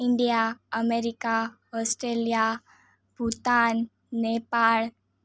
India America Australia Bhutan Nepal